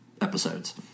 episodes